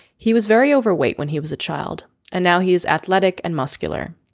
he was very overweight when he was a child and now he is athletic and muscular.